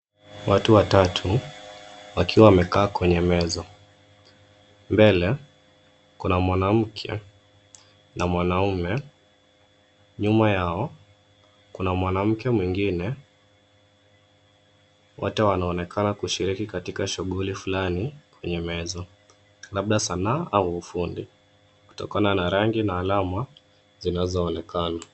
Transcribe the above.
Watu watatu wakiwa wamekaa kwenye meza. Mbele kuna mwanamke na mwanaume. Nyuma yao kuna mwanamke mwingine wote wanaonekana kushiriki katika shughuli fulani kwenye meza labda sanaa au ufundi kutokana na rangi na alama zinazoonekana.